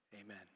Amen